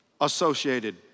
associated